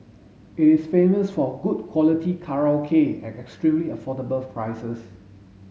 it is famous for good quality karaoke at extremely affordable prices